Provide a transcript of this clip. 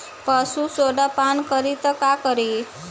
पशु सोडा पान करी त का करी?